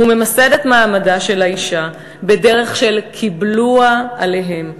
הוא ממסד את מעמדה של האישה בדרך של "קיבלוה עליהם"